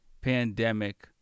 Pandemic